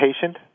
patient